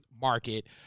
market